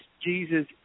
Jesus